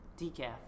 Decaf